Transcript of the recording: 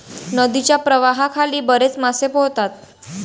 नदीच्या प्रवाहाखाली बरेच मासे पोहतात